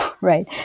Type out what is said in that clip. right